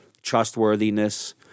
trustworthiness